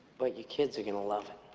but your kids are gonna love it